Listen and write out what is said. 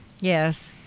Yes